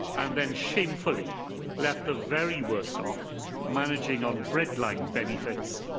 and then shamefully left the very worst-off managing on breadline benefits,